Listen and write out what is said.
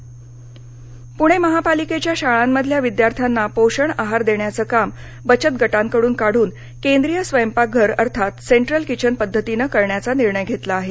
पोषण आहार पूणे महापालिकेच्या शाळांमधल्या विद्यार्थ्यांना पोषण आहार देण्याचं काम बचतगटांकडून काढून केंद्रीय स्वयंपाकघर अर्थात सेंट्रल किचन पद्धतीनं करण्याचा निर्णय घेतला आहे